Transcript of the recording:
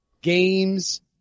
games